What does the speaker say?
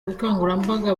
ubukangurambaga